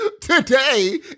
today